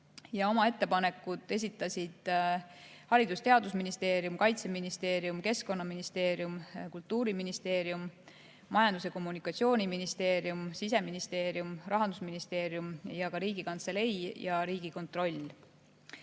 Oma ettepanekud esitasid Haridus‑ ja Teadusministeerium, Kaitseministeerium, Keskkonnaministeerium, Kultuuriministeerium, Majandus‑ ja Kommunikatsiooniministeerium, Siseministeerium, Rahandusministeerium ja ka Riigikantselei ja Riigikontroll.